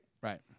Right